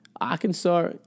Arkansas